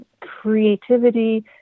creativity